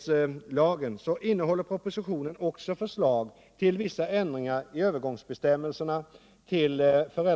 0. m. första skolåret.